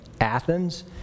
Athens